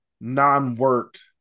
non-worked